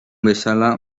bezala